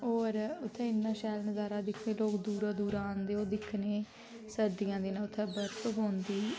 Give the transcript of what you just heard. होर उत्थै इ'न्ना शैल नजारा दिक्खने लोक दूरा दूरा आंदे ओह् दिक्खने सर्दियें दिनें उत्थें बर्फ पौंदी